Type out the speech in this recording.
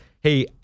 hey